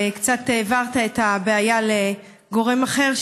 קצת העברת את הבעיה לגורם אחר,